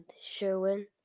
Sherwin